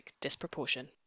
disproportion